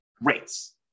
rates